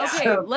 okay